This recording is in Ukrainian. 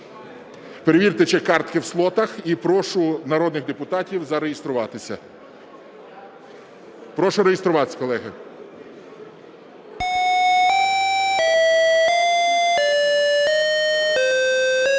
Перевірте, чи картки в слотах. І прошу народних депутатів зареєструватися. Прошу реєструватися, колеги. 10:03:26 У залі